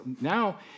Now